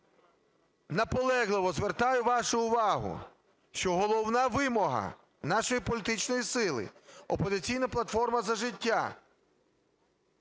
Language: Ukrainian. наполегливо звертаю вашу увагу, що головна вимога нашої політичної сили "Опозиційна платформа – За життя"